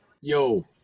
yo